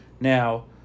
Now